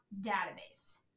database